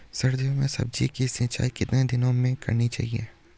सर्दियों में सब्जियों की सिंचाई कितने दिनों में करनी चाहिए?